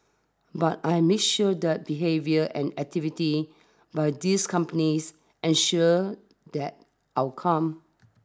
but I make sure that behaviour and activity by these companies ensure that outcome